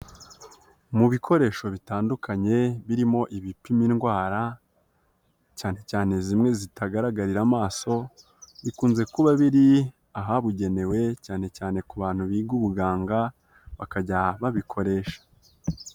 Mu bikoresho bitandukanye birimo ibipima indwara, cyane cyane zimwe zitagaragarira amaso, bikunze kuba biri ahabugenewe cyane cyane ku bantu biga ubuganga, bakajya babikoresha.